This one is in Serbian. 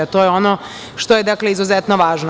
To je ono što je dakle izuzetno važno.